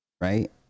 right